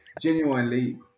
genuinely